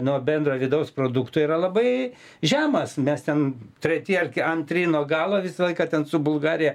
nuo bendro vidaus produkto yra labai žemas mes ten treti ar antri nuo galo visą laiką ten su bulgarija